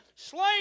slain